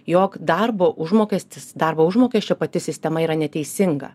jog darbo užmokestis darbo užmokesčio pati sistema yra neteisinga